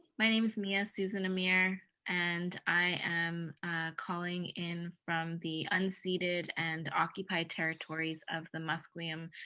my name is mia susan amir. and i am calling in from the unceded and occupied territories of the musqueam,